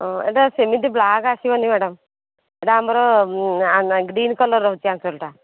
ଏଇଟା ସେମିତି ବ୍ଲାକ୍ ଆସିବନି ମ୍ୟାଡ଼ମ୍ ଏଇଟା ଆମର ଗ୍ରୀନ୍ କଲର୍ ରହୁଛି ଆକ୍ଚୁଲି ଏଇଟା